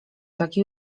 taki